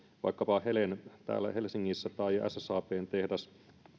vaikkapa helen täällä helsingissä ja ssabn tehdas